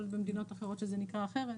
יכול להיות שבמדינות אחרות זה נקרא אחרת,